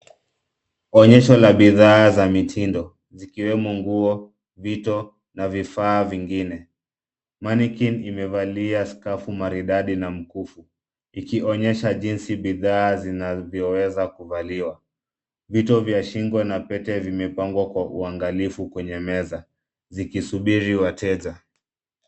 Onyesho la bidhaa za mitindo, zikiwemo nguo, vito na vifaa vingine. Maniquine imevalia scarf maridadi na mkufu. Ikionyesha jinsi bidhaa zinavyoweza kuvaliwa. Vito vya shingo na pete vimepangwa kwa uangalifu kwenye meza zikisubiri wateja.